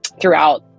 throughout